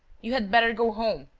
you had better go home.